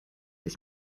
ich